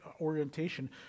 orientation